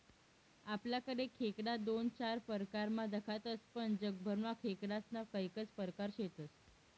आपलाकडे खेकडा दोन चार परकारमा दखातस पण जगभरमा खेकडास्ना कैकज परकार शेतस